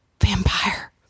Vampire